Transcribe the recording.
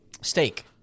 steak –